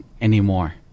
anymore